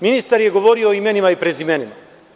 Ministar je govorio o imenima i prezimenima.